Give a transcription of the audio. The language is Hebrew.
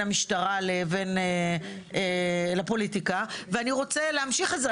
המשטרה לבין הפוליטיקה ואני רוצה להמשיך את זה,